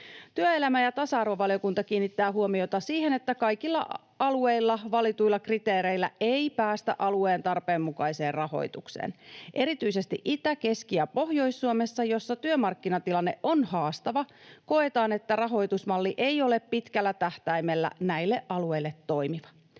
Työelämä- ja tasa-arvovaliokunta kiinnittää huomiota siihen, että kaikilla alueilla valituilla kriteereillä ei päästä alueen tarpeen mukaiseen rahoituksen. Erityisesti Itä-, Keski- ja Pohjois-Suomessa, joissa työmarkkinatilanne on haastava, koetaan, että rahoitusmalli ei ole pitkällä tähtäimellä näille alueille toimiva.